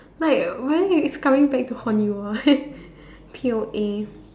like but then you it's coming back to haunt you ah P_O_A